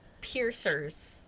piercers